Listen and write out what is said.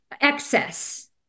excess